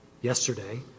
yesterday